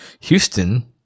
Houston